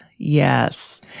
yes